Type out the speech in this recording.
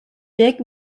big